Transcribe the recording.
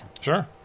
sure